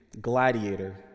Gladiator